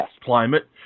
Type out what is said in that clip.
climate